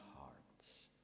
hearts